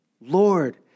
Lord